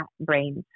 brains